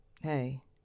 hey